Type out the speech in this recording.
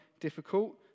difficult